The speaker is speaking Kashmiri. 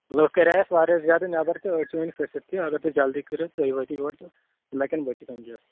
لُکھ کَرییَکھ واریاہ زیادٕ نیٚبرتہٕ أڈۍ چھِ ؤنہِ پھٔسِتھ کیٚنٛہہ اَگر تُہۍ جلدی کٔرِو تُہۍ وٲتِو یور تہٕ ہیٚکن بٔچِتھ امہِ سٍتۍ